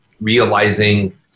realizing